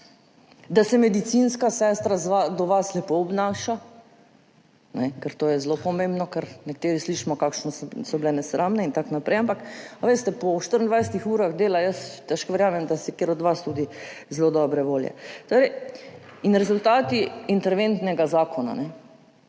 da se medicinska sestra do vas lepo obnaša, ker to je zelo pomembno, ker nekateri slišimo, kako so bile nesramne in tako naprej, ampak po 24 urah dela jaz težko verjamem, da bi bil tudi kateri od vas zelo dobre volje. Rezultati interventnega zakona.